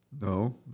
No